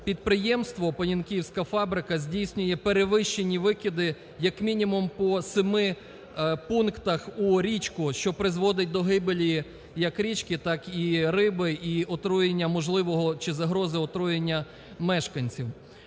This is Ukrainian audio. підприємство "Понінківська фабрика" здійснює перевищені викиди, як мінімум, по семи пунктах у річку, що призводить до гибелі як річки, так і риби, і отруєння можливого чи загрози отруєння мешканців.